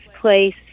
place